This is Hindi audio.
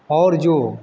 और जो